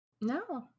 No